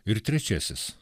ir trečiasis